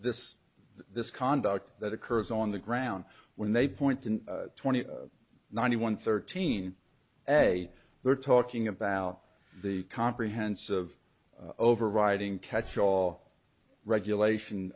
this this conduct that occurs on the ground when they point to twenty ninety one thirteen they were talking about the comprehensive overriding catch all regulation